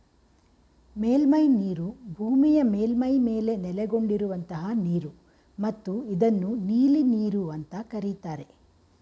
ಮೇಲ್ಮೈನೀರು ಭೂಮಿಯ ಮೇಲ್ಮೈ ಮೇಲೆ ನೆಲೆಗೊಂಡಿರುವಂತಹ ನೀರು ಮತ್ತು ಇದನ್ನು ನೀಲಿನೀರು ಅಂತ ಕರೀತಾರೆ